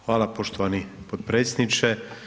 Hvala poštovani potpredsjedniče.